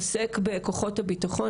עוסק בכוחות הביטחון.